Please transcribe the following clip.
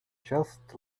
just